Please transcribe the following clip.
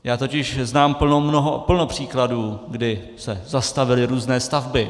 Já totiž znám plno příkladů, kdy se zastavily různé stavby.